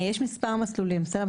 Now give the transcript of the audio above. יש מספר מסלולים, בסדר?